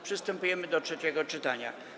Przystępujemy do trzeciego czytania.